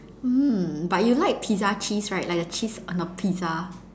mm but you like pizza cheese right like the cheese on a pizza